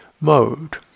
mode